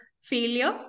failure